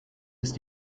ist